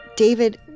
David